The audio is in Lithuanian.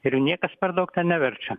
ir niekas per daug ten neverčia